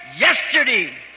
Yesterday